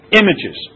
images